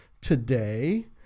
today